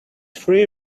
free